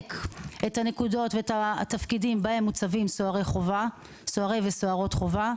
לדייק את הנקודות והתפקידים בהם מוצבים סוהרות וסוהרי חובה,